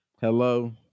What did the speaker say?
Hello